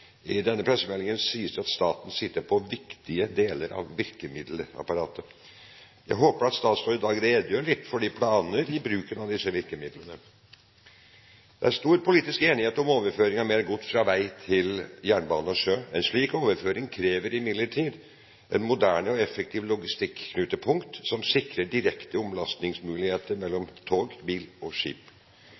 I denne pressemeldingen sies det at staten sitter på viktige deler av virkemiddelapparatet. Jeg håper at statsråden i dag redegjør litt for planer om bruken av disse virkemidlene. Det er stor politisk enighet om overføring av mer gods fra vei til jernbane og sjø. En slik overføring krever imidlertid moderne og effektive logistikknutepunkt, som sikrer direkte omlastningsmuligheter mellom tog, bil og skip.